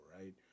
Right